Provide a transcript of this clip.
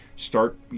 Start